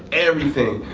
everything.